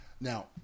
Now